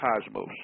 cosmos